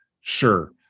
sure